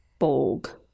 Bolg